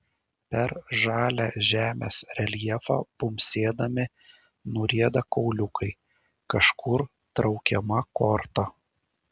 per žalią žemės reljefą bumbsėdami nurieda kauliukai kažkur traukiama korta